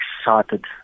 excited